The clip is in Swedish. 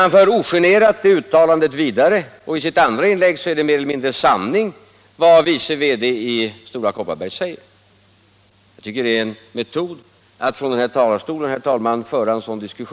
Han för ogenerat det uttalandet vidare, och i hans andra anförande är det som vice VD i Stora Kopparberg säger mer eller mindre sanning. Att man för en sådan diskussion från den här talarstolen vill jag för min del, herr talman, fördöma.